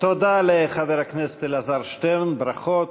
תודה לחבר הכנסת אלעזר שטרן, ברכות.